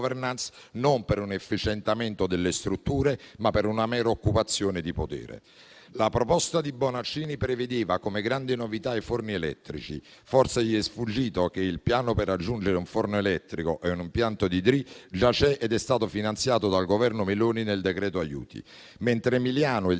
*governance* e, non per un efficientamento delle strutture, ma per una mera occupazione di potere. La proposta di Bonaccini prevedeva come grande novità i forni elettrici. Forse gli è sfuggito che il piano per aggiungere un forno elettrico e un impianto DRI già esiste ed è stato finanziato dal Governo Meloni nel decreto aiuti, mentre Emiliano e